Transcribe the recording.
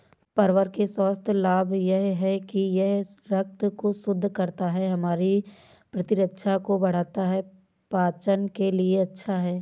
परवल के स्वास्थ्य लाभ यह हैं कि यह रक्त को शुद्ध करता है, हमारी प्रतिरक्षा को बढ़ाता है, पाचन के लिए अच्छा है